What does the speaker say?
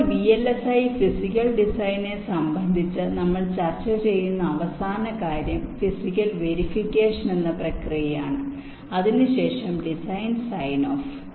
ഇപ്പോൾ V L S I physical ഡിസൈനിനെ സംബന്ധിച്ച് നമ്മൾ ചർച്ച ചെയ്യുന്ന അവസാന കാര്യം ഫിസിക്കൽ വെരിഫിക്കേഷൻ എന്ന പ്രക്രിയയാണ് അതിനുശേഷം ഡിസൈൻ സൈൻ ഓഫ്